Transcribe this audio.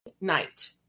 night